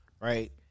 Right